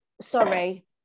sorry